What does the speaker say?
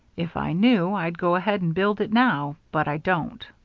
if i knew i'd go ahead and build it now, but i don't.